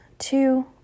Two